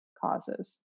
causes